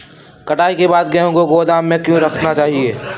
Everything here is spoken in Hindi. कटाई के बाद गेहूँ को गोदाम में क्यो रखना चाहिए?